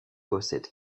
possède